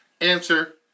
Answer